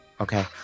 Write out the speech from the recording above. Okay